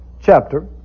chapter